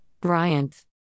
Bryant